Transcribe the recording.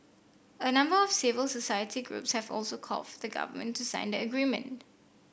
a number of civil society groups have also called for the Government to sign the agreement